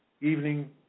evening